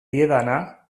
diedana